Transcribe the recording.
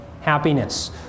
happiness